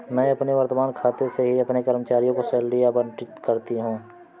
मैं अपने वर्तमान खाते से ही अपने कर्मचारियों को सैलरी आबंटित करती हूँ